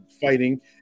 fighting